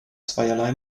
zweierlei